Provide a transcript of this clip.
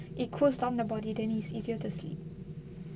it cool down the body then is easier to sleep